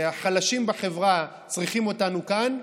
החלשים בחברה צריכים אותנו כאן,